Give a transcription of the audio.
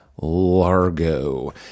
Largo